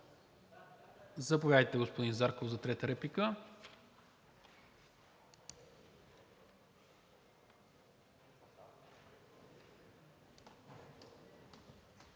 Заповядайте, господин Зарков, за трета реплика.